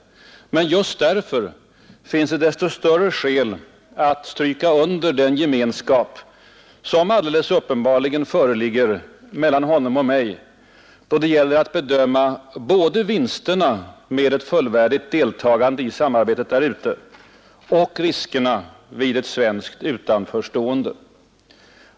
Just därför finns det desto större skäl att stryka under den gemenskap som uppenbarligen föreligger mellan honom och mig, då det gäller att bedöma både vinsterna med ett fullvärdigt deltagande i samarbetet och riskerna vid ett svenskt utanförstående.